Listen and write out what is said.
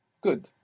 Good